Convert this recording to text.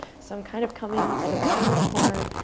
so i'm kind of coming to the bottom right corner,